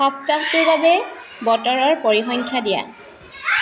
সপ্তাহটোৰ বাবে বতৰৰ পৰিসংখ্যা দিয়া